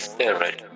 Spirit